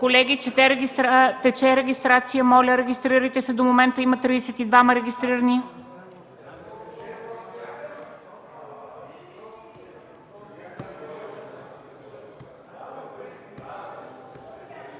Колеги, тече регистрация. Моля регистрирайте се! До момента има регистрирани